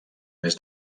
més